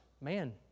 man